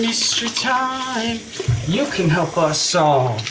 mystery time you can help us so